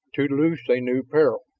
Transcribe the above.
to loose a new peril.